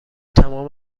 تمام